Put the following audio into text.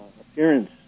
appearance